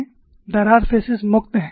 दरार फेसेस मुक्त हैं